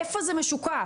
איפה זה משוקף,